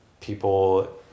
people